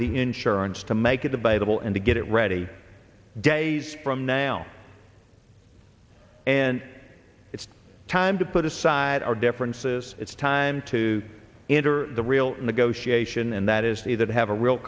the insurance to make it the bible and to get it ready days from now and it's time to put aside our differences it's time to enter the real negotiation and that is the that have a real